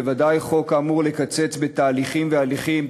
בוודאי חוק האמור לקצץ בתהליכים והליכים,